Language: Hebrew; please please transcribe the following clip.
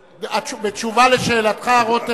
מאזן, להודיע לו.